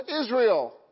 Israel